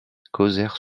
causèrent